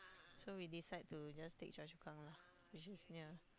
so we decide to just take Chua-Chu-Kang lah which is near